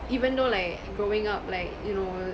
even though like growing up like you know